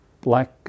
black